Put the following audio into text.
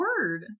word